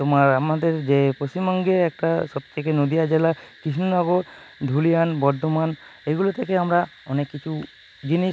তোমার আমাদের যে পশ্চিমবঙ্গে একটা সবথেকে নদীয়া জেলা কৃষ্ণনগর ধুলিয়ান বর্ধমান এইগুলো থেকে আমরা অনেক কিছু জিনিস